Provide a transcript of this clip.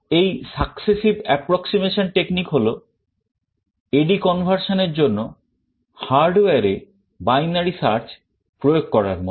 এই successive approximation technique হল AD conversion এর জন্য hardware এ binary search প্রয়োগ করার মত